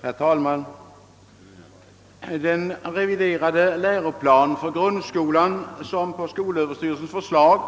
Herr talman! Den reviderade läroplan för grundskolan, som på skolöverstyrelsens förslag